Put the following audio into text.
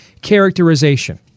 characterization